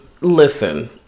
listen